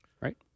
right